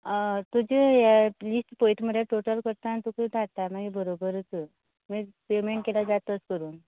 हय तुजी ये लिस्ट पळयता मरे टोटल करता आनी तुका धाडटा मागीर बरोबरच पेमेंट केल्यार जाता तश करून